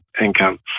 income